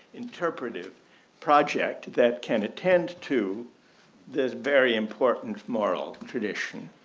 interpretive project that can attend to this very important moral tradition.